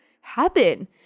happen